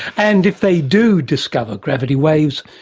and if they do discover gravity waves,